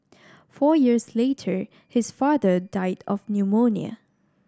four years later his father died of pneumonia